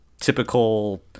typical